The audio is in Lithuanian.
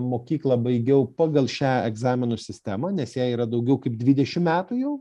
mokyklą baigiau pagal šią egzaminų sistemą nes jai yra daugiau kaip dvidešim metų jau